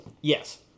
Yes